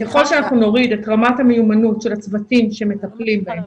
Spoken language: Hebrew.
ככל שאנחנו נוריד את רמת המיומנות של הצוותים שמטפלים בהם,